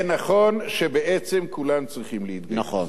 זה נכון שבעצם כולם צריכים להתגייס, נכון.